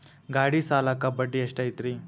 ಗಾಡಿ ಸಾಲಕ್ಕ ಬಡ್ಡಿ ಎಷ್ಟೈತ್ರಿ?